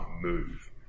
move